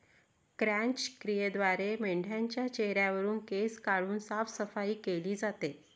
क्रॅच क्रियेद्वारे मेंढाच्या चेहऱ्यावरुन केस काढून साफसफाई केली जाते